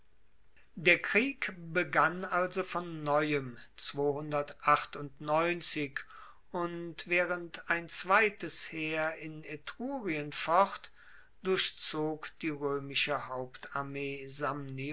der krieg begann also von neuem und waehrend ein zweites heer in etrurien focht durchzog die roemische hauptarmee